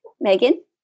Megan